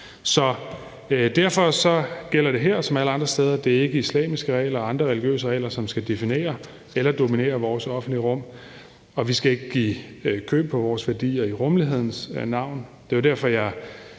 Så derfor gælder det her, ligesom det gør alle andre steder, at det ikke er islamiske regler eller andre religiøse regler, som skal definere eller dominere vores offentlige rum, og vi skal ikke give køb på vores værdier i rummelighedens navn. Det var bare derfor, at